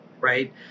right